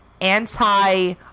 anti-